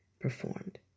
performed